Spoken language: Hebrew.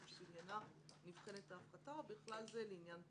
שבעניינה נבחנת ההפחתה ובכלל זה לעניין תוכנה.